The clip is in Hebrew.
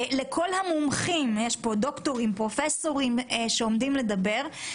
לכל המומחים שעומדים לדבר,